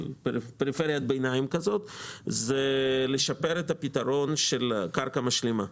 הוא לשפר את הפתרון של קרקע משלימה.